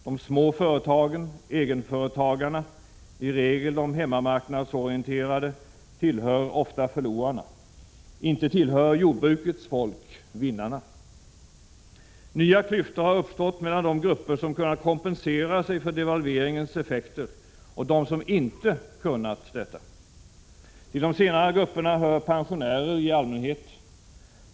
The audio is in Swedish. De små företagen, egenföretagarna — i regel de hemmamarknadsorienterade — tillhör ofta förlorarna. Inte tillhör jordbrukets folk vinnarna. Nya klyftor har uppstått mellan de grupper som kunnat kompensera sig för devalveringens effekter och de som inte kunnat detta. Till de senare grupperna hör pensionärer i allmänhet.